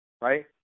right